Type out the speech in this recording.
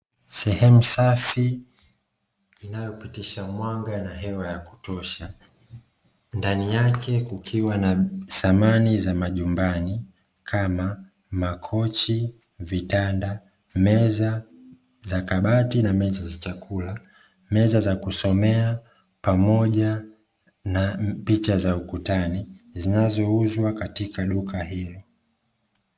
Sehemu safi inayopitisha mwanga na hewa ya kutosha ndani yake kukiwa na samani za majumbani kama makochi, vitanda, meza za kabati na meza za chakula, meza za kusomea pamoja na picha za ukutani zinazouzwa katika duka hilo.